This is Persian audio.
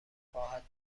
خواهد